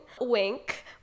wink